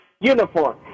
uniform